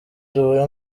duhure